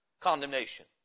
Condemnation